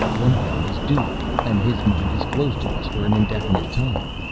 one of them is dulaq, and his mind is closed to us for an indefinite time,